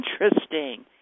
Interesting